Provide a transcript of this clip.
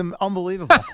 unbelievable